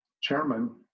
chairman